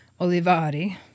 Olivari